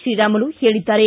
ಶ್ರೀರಾಮುಲು ಹೇಳಿದ್ದಾರೆ